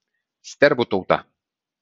stervų tauta